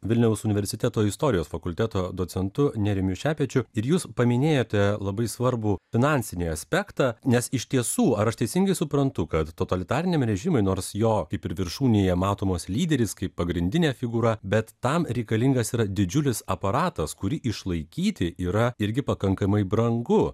vilniaus universiteto istorijos fakulteto docentu nerijumi šepečiu ir jūs paminėjote labai svarbų finansinį aspektą nes iš tiesų ar aš teisingai suprantu kad totalitariniam režimui nors jo kaip ir viršūnėje matomas lyderis kaip pagrindinė figūra bet tam reikalingas yra didžiulis aparatas kurį išlaikyti yra irgi pakankamai brangu